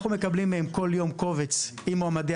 אנחנו מקבלים מהם כל יום קובץ עם מועמדי